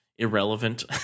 irrelevant